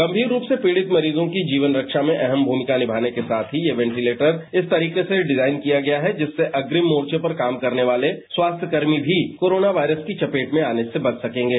गम्मीर रूप से पीड़ित मरीजों की जीवन रक्षा में अहम भूमिका निभाने के साथ ही ये वेंटिलेटर इस तरीके से डिजाइन किया है जिससे अग्निम मोर्चे पर काम करने वाले स्वास्थ्य कर्मी भी कोरोना वायरस की चपेट में आने से बच सकेंगे